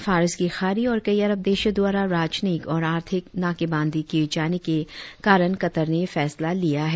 फारस की खाड़ी और कई अरब देशों द्वारा राजनयिक और आर्थिक नाकेबंदी किए जाने के कारन कतर ने यह फैसला लिया है